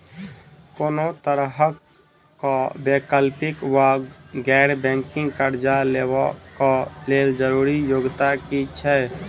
कोनो तरह कऽ वैकल्पिक वा गैर बैंकिंग कर्जा लेबऽ कऽ लेल जरूरी योग्यता की छई?